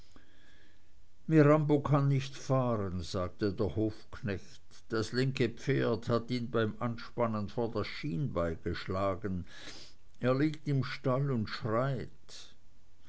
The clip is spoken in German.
mirambo kann nicht fahren sagte der hofknecht das linke pferd hat ihn beim anspannen vor das schienbein geschlagen er liegt im stall und schreit